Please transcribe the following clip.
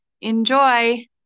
enjoy